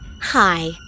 Hi